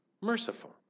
merciful